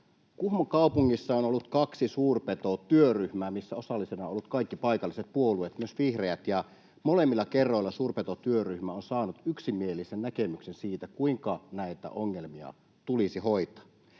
Kuhmon kaupungissa on ollut kaksi suurpetotyöryhmää, missä osallisena ovat olleet kaikki paikalliset puolueet, myös vihreät, ja molemmilla kerroilla suurpetotyöryhmä on saanut yksimielisen näkemyksen siitä, kuinka näitä ongelmia tulisi hoitaa.